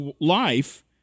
life